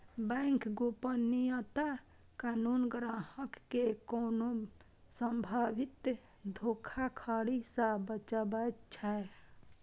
bank गोपनीयता कानून ग्राहक कें कोनो संभावित धोखाधड़ी सं बचाबै छै